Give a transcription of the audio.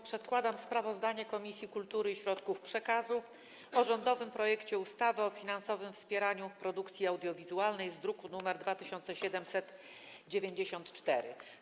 Przedkładam sprawozdanie Komisji Kultury i Środków Przekazu o rządowym projekcie ustawy o finansowym wspieraniu produkcji audiowizualnej z druku nr 2794.